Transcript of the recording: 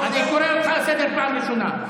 אני קורא אותך לסדר בפעם הראשונה.